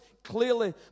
Clearly